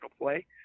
Play